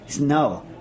no